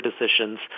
decisions